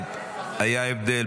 היה הבדל.